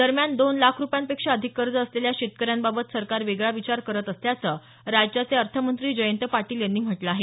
दरम्यान दोन लाख रूपयांपेक्षा अधिक कर्ज असलेल्या शेतकऱ्यांबाबत सरकार वेगळा विचार करत असल्याचं राज्याचे अर्थमंत्री जयंत पाटील यांनी म्हटलं आहे